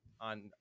on